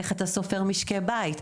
איך אתה סופר משקי בית,